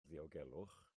ddiogelwch